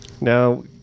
Now